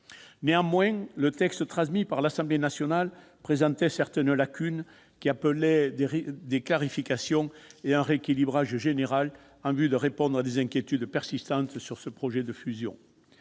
Néanmoins, le texte transmis par l'Assemblée nationale présentait certaines lacunes, qui appelaient des clarifications et un rééquilibrage général, en vue de répondre à des inquiétudes persistantes sur ce projet de fusion.